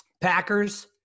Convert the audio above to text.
Packers